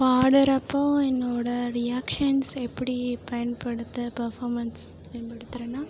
பாடுகிறப்போ என்னோட ரியாக்ஷன்ஸ் எப்படி பயன்படுத்த பர்ஃபார்மன்ஸ் பயன்படுத்துகிறேன்னா